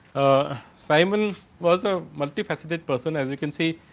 a simon was a multi faceted person as you can see,